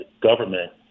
government